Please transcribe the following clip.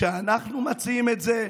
כשאנחנו מציעים את זה,